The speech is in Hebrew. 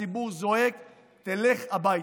הציבור זועק, תלך הביתה.